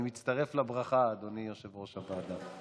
אני מצטרף לברכה, אדוני יושב-ראש הוועדה.